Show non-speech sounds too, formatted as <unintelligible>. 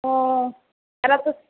ও <unintelligible>